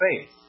faith